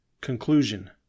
Conclusion